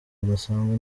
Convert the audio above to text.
bidasanzwe